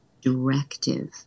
directive